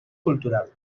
cultural